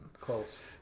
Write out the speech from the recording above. close